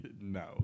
no